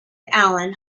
alan